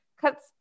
cuts